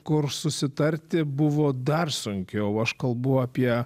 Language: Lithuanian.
kur susitarti buvo dar sunkiau aš kalbu apie